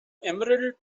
emerald